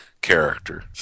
character